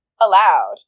allowed